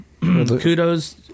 Kudos